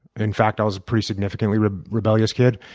in fact, i was a pretty significantly rebellious kid.